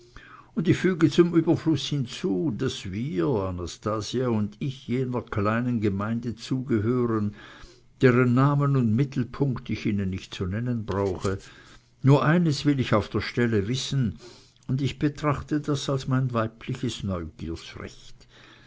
und ich füge zum überfluß hinzu daß wir anastasia und ich jener kleinen gemeinde zugehören deren namen und mittelpunkt ich ihnen nicht zu nennen brauche nur eines will ich auf der stelle wissen und ich betrachte das als mein weibliches